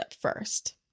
first